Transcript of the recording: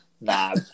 Nah